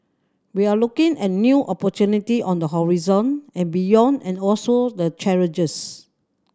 we are looking at new opportunity on the horizon and beyond and also the challenges